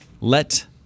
Let